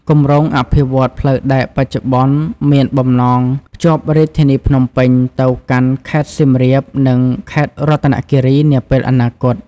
គម្រោងអភិវឌ្ឍន៍ផ្លូវដែកបច្ចុប្បន្នមានបំណងភ្ជាប់រាជធានីភ្នំពេញទៅកាន់ខេត្តសៀមរាបនិងខេត្តរតនគិរីនាពេលអនាគត។